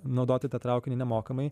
naudoti tą traukinį nemokamai